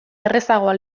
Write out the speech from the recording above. errazagoa